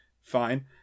fine